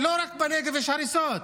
לא רק בנגב יש הריסות.